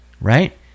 right